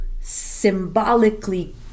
symbolically